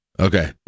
Okay